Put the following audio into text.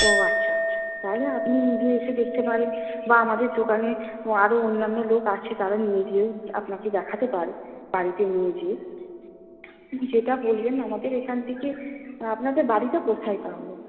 ও আচ্ছা আচ্ছা তাহলে আপনি নিজে এসে দেখতে পারেন বা আমাদের দোকানে আরও অন্যান্য লোক আছে তারা নিয়ে গিয়েও আপনাকে দেখাতে পারে বাড়িতে নিয়ে গিয়ে যেটা বলবেন আমাদের এখান থেকে আপনাদের বাড়িটা কোথায় তাহলে